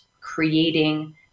creating